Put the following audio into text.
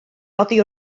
oddi